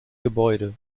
gebäude